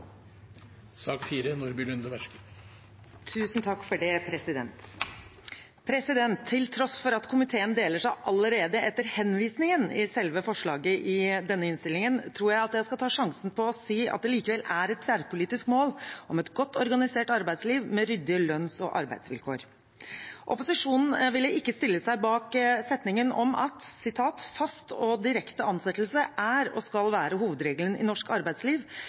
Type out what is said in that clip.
til sak nr. 4 Til tross for at komiteen deler seg allerede etter henvisningen til selve forslaget i innstillingen, tror jeg at jeg skal ta sjansen på å si at det likevel er et tverrpolitisk mål om et godt organisert arbeidsliv med ryddige lønns- og arbeidsvilkår. Opposisjonen ville ikke stille seg bak setningen «fast og direkte ansettelse er og skal være hovedregelen i norsk arbeidsliv,